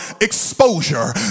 exposure